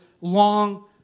long